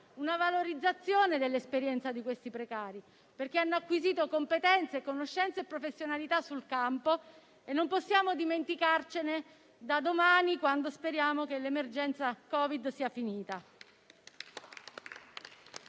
una valorizzazione dell'esperienza di questi precari, perché hanno acquisito competenze, conoscenze e professionalità sul campo e non possiamo dimenticarcene da domani, quando speriamo che l'emergenza Covid sia finita.